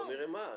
אז בואי נראה מה.